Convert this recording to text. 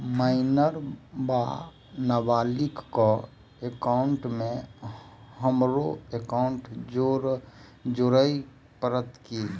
Minor वा नबालिग केँ एकाउंटमे हमरो एकाउन्ट जोड़य पड़त की?